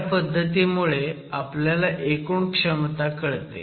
ह्या पद्धतीमुळे आपल्याला एकूण क्षमता कळते